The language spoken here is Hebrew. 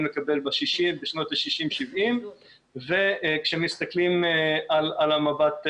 לקבל בשנות ה-60' 70'. כשמסתכלים על המבט קדימה,